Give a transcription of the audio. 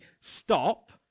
stop